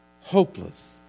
hopeless